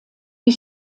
die